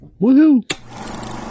Woohoo